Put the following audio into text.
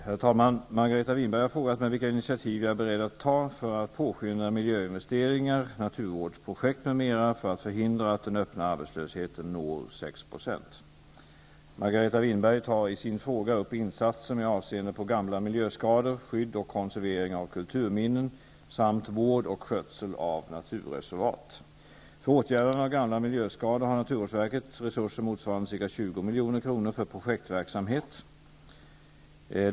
Herr talman! Margareta Winberg har frågat mig vilka initiativ jag är beredd att ta för att påskynda miljöinvesteringar, naturvårdsprojekt m.m. för att förhindra att den öppna arbetslösheten når 6 %. Margareta Winberg tar i sin fråga upp insatser med avseenden på gamla miljöskador, skydd och konservering av kulturminnen, samt vård och skötsel av naturreservat. För åtgärdande av gamla miljöskador har naturvårdsverket resurser motsvarande ca 20 milj.kr. för projektverksamhet.